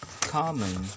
common